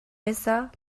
messer